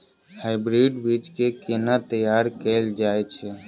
Hybrid बीज केँ केना तैयार कैल जाय छै?